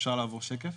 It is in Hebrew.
אפשר לעבור שקף.